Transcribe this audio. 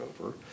over